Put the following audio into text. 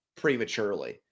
prematurely